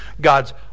God's